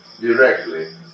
directly